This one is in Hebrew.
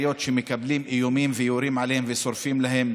שמקבלים איומים ויורים עליהם ושורפים להם